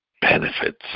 benefits